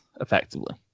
effectively